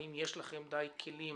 האם יש לכם די כלים